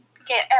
Okay